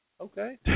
Okay